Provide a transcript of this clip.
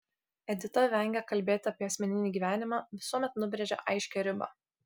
edita vengia kalbėti apie asmeninį gyvenimą visuomet nubrėžia aiškią ribą